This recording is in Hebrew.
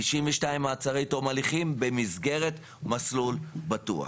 92 מעצרי תום הליכים במסגרת ׳מסלול בטוח׳.